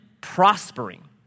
prospering